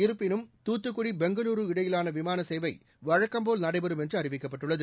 இருப்பினும் துத்துக்குடி பெங்களூரூ இடையிலான விமான சேவை வழக்கம்போல் நடைபெறும் என்று அறிவிக்கப்பட்டுள்ளது